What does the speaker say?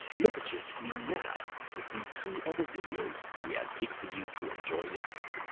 look at your screen now to see two other videos we handpicked for you to enjoy next.